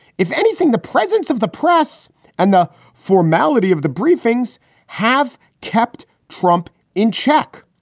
if anything, the presence of the press and the formality of the briefings have kept trump in check.